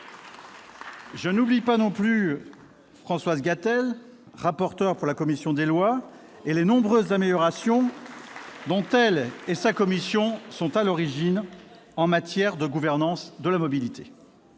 Je n'oublie pas non plus Françoise Gatel, rapporteur pour avis de la commission des lois, et les nombreuses améliorations dont elle et sa commission sont à l'origine en matière de gouvernance de la mobilité.